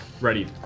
Ready